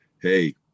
hey